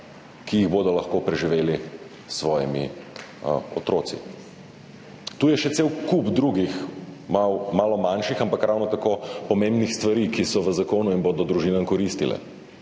ki jih bodo lahko preživeli s svojimi otroki. Tu je še cel kup drugih, malo manjših, ampak ravno tako pomembnih stvari, ki so v zakonu in bodo koristile